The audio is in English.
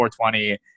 420